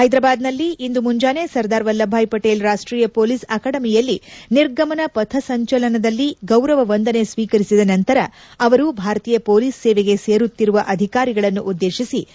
ಹೈದರಾಬಾದ್ನಲ್ಲಿ ಇಂದು ಮುಂಜಾನೆ ಸರ್ದಾರ್ ವಲ್ಲಭ್ಭಾಯ್ ಪಟೇಲ್ ರಾಷ್ಟೀಯ ಷೊಲೀಸ್ ಅಕಾಡೆಮಿಯಲ್ಲಿ ನಿರ್ಗಮನ ಪಥಸಂಚಲನದಲ್ಲಿ ಗೌರವ ವಂದನೆ ಸ್ವೀಕರಿಸಿದ ನಂತರ ಅವರು ಭಾರತೀಯ ಪೊಲೀಸ್ ಸೇವೆಗೆ ಸೇರುತ್ತಿರುವ ಅಧಿಕಾರಿಗಳನ್ನು ಉದ್ದೇಶಿಸಿ ಮಾತನಾಡಿದರು